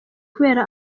kubera